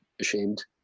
ashamed